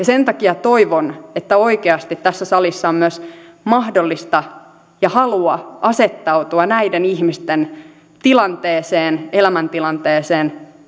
sen takia toivon että oikeasti tässä salissa on myös mahdollista ja halua asettautua näiden ihmisten tilanteeseen elämäntilanteeseen